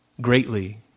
greatly